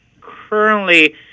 Currently